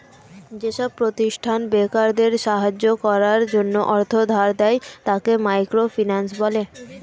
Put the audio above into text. যেসব প্রতিষ্ঠান বেকারদের সাহায্য করার জন্য অর্থ ধার দেয়, তাকে মাইক্রো ফিন্যান্স বলে